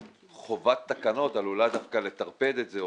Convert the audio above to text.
שחובת תקנות עלולה דווקא לטרפד את זה,